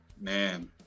Man